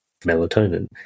melatonin